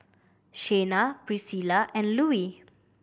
Shayna Priscilla and Louie